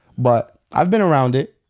but i've been around it.